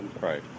Right